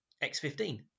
x-15